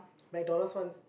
McDonalds ones